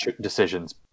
decisions